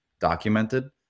documented